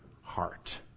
heart